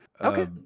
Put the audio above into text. Okay